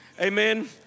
amen